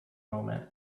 moment